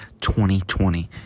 2020